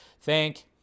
thank